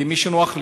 למי שנוח,